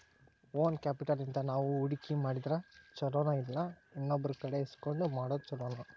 Own capital ಇಂದಾ ನಾವು ಹೂಡ್ಕಿ ಮಾಡಿದ್ರ ಛಲೊನೊಇಲ್ಲಾ ಇನ್ನೊಬ್ರಕಡೆ ಇಸ್ಕೊಂಡ್ ಮಾಡೊದ್ ಛೊಲೊನೊ?